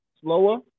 slower